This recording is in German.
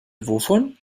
wovon